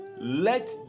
let